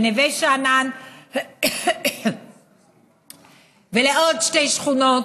לנווה שאנן ולעוד שתי שכונות,